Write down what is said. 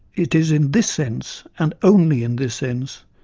it is in this sense, and only in this sense,